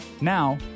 Now